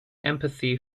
empathy